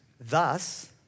Thus